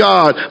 God